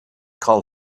call